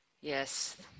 Yes